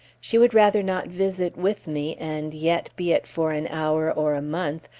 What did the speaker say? she would rather not visit with me, and yet, be it for an hour or a month,